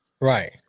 Right